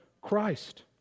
Christ